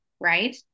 right